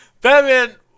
Batman